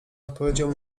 odpowiedział